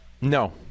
No